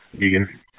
Egan